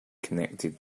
connected